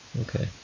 Okay